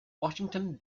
washington